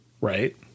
right